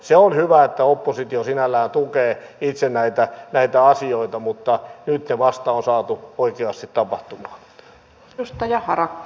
se on hyvä että oppositio sinällään tukee itse näitä asioita mutta nyt ne vasta on saatu oikeasti tapahtumaan